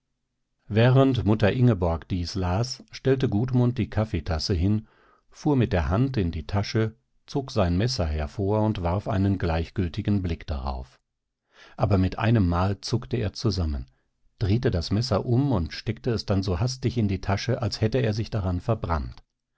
während mutter ingeborg dies las stellte gudmund die kaffeetasse hin fuhr mit der hand in die tasche zog sein messer hervor und warf einen gleichgültigen blick darauf aber mit einem mal zuckte er zusammen drehte das messer um und steckte es dann so hastig in die tasche als hätte er sich daran verbrannt